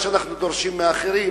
מה שאנחנו דורשים מאחרים,